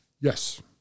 Yes